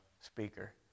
speaker